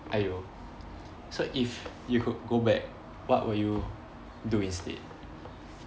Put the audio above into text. !aiyo! so if you could go back what would you do instead